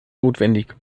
notwendig